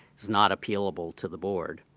is not appealable to the board.